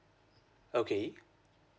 okay